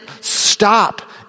stop